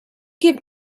give